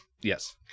Yes